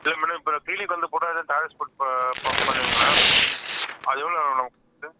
இல்லை மேடம் இப்போ க்ளினி வந்து கூட எதுவும் டேப்லெட்ஸ் ப பண்ணுவீங்களா அது எவ்வளோ வேணும் அதுக்கு